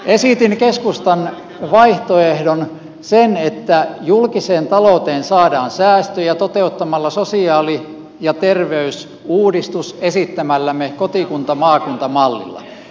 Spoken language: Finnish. esitin keskustan vaihtoehdon sen että julkiseen talouteen saadaan säästöjä toteuttamalla sosiaali ja terveysuudistus esittämällämme kotikuntamaakunta mallilla